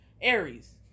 Aries